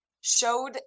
showed